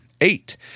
Eight